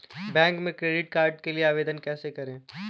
Bank में credit card के लिए आवेदन कैसे करें?